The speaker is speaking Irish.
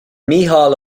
mícheál